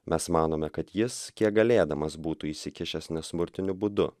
mes manome kad jis kiek galėdamas būtų įsikišęs nesmurtiniu būdu